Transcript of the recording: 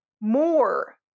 more